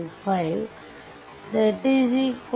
25 0